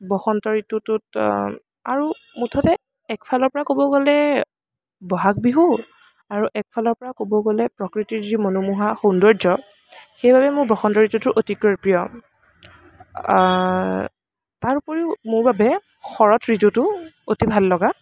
বসন্ত ঋতুটোত আৰু মুঠতে এফালৰপৰা ক'ব গ'লে বহাগ বিহু আৰু এফালৰপৰা ক'ব গ'লে প্ৰকৃতিৰ যি মনোমোহা সৌন্দৰ্য সেইবাবে মোৰ বসন্ত ঋতুটো অতিকৈ প্ৰিয় তাৰোপৰিও মোৰ বাবে শৰৎ ঋতুটো অতি ভাললগা